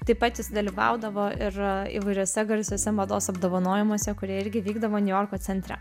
taip pat jis dalyvaudavo ir įvairiuose garsiuose mados apdovanojimuose kurie irgi vykdavo niujorko centre